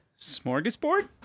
smorgasbord